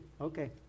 okay